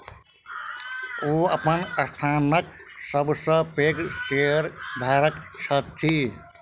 ओ अपन संस्थानक सब सॅ पैघ शेयरधारक छथि